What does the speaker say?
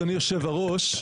אדוני יושב הראש,